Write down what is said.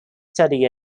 study